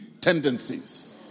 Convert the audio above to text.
tendencies